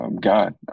God